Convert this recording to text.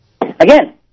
Again